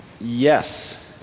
Yes